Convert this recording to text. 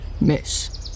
Miss